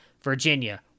Virginia